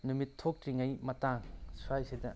ꯅꯨꯃꯤꯠ ꯊꯣꯛꯇ꯭ꯔꯤꯉꯩ ꯃꯇꯥꯡ ꯁ꯭ꯋꯥꯏꯁꯤꯗ